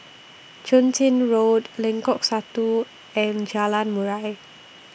Chun Tin Road Lengkok Satu and Jalan Murai